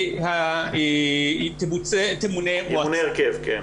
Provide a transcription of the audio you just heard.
תמונה מועצה.